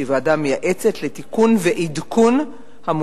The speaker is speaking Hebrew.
שהיא ועדה מייעצת לתיקון ולעדכון של